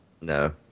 No